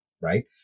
right